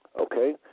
Okay